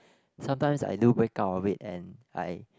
sometimes I do break out of it and I